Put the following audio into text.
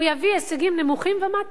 הוא יביא הישגים נמוכים ומטה.